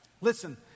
Listen